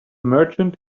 merchant